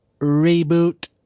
reboot